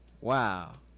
Wow